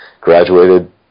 graduated